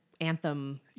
anthem